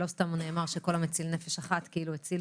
ולא סתם נאמר שכל המציל נפש אחת, כאילו הציל